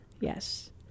Yes